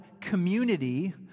community